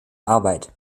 arbeit